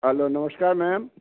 hello ਨਮਸਕਾਰ ma'am